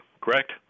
correct